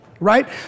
right